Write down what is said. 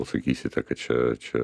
sakysite kad čia čia